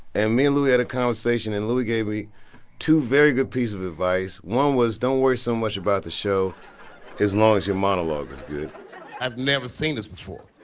and me and louis had a conversation. and louis gave me two very good piece of advice. one was don't worry so much about the show as long as your monologue is good i've never seen this before.